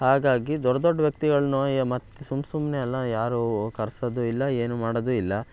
ಹಾಗಾಗಿ ದೊಡ್ಡ ದೊಡ್ಡ ವ್ಯಕ್ತಿಗಳ್ನೋಗ್ ಮತ್ತೆ ಸುಮ್ಮಸುಮ್ಮನೆ ಎಲ್ಲ ಯಾರೂ ಕರ್ಸೋದೂ ಇಲ್ಲ ಏನೂ ಮಾಡೋದೂ ಇಲ್ಲ